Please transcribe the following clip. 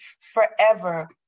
forever